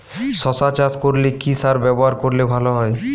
শশা চাষ করলে কি সার ব্যবহার করলে ভালো হয়?